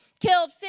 killed